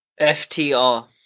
FTR